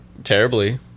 terribly